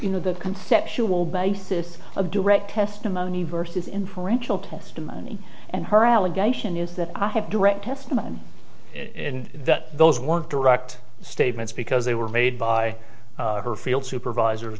you know the conceptual basis of direct testimony versus inferential testimony and her allegation is that i have direct testimony in that those words direct statements because they were made by her field supervisors